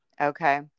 Okay